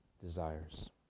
desires